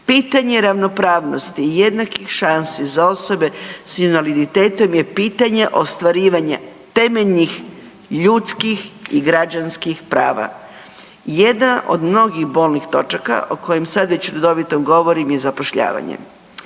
Pitanje ravnopravnosti i jednakih šansi za osobe s invaliditetom je pitanje ostvarivanja temeljnih ljudskih i građanskih prava. Jedna od mnogih bolnih točaka o kojem sad već redovito govorim je zapošljavanje.